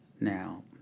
now